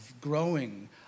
growing